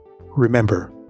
Remember